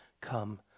come